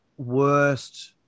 worst